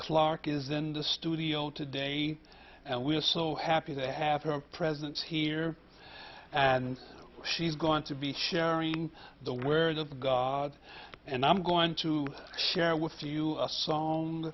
clark is in the studio today and we are so happy to have her presence here and she's going to be sharing the word of god and i'm going to share with you a song